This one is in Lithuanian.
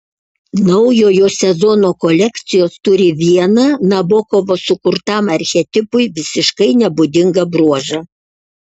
naujojo sezono kolekcijos turi vieną nabokovo sukurtam archetipui visiškai nebūdingą bruožą